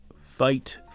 fight